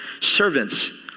servants